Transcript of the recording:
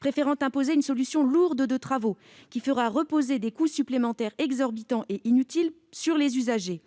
préférant imposer une solution lourde de travaux qui fera peser des coûts supplémentaires exorbitants et inutiles sur les usagers.